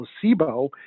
placebo